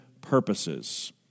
purposes